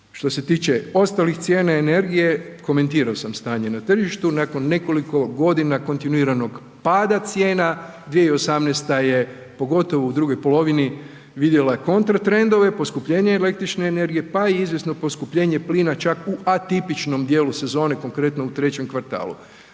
Što se tiče ostalih cijena energije, komentirao sam stanje na tržištu, nakon nekoliko godina kontinuiranog pada cijena 2018. je pogotovo u drugoj polovini vidjela kontra trendove, poskupljenje električne energije, pa i izvjesno poskupljenje plina, čak u atipičnom dijelu sezone, konkretno u trećem kvartalu.